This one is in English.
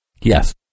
Yes